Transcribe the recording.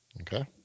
Okay